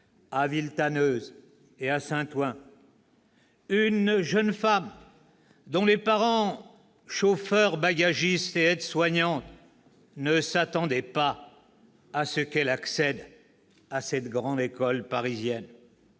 à Villetaneuse et à Saint-Ouen. Une jeune femme dont les parents, chauffeur-bagagiste et aide-soignante, ne s'attendaient pas à ce qu'elle accède à cette grande école parisienne,